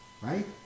Right